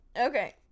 Okay